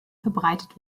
verbreitet